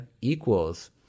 equals